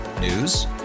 News